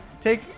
Take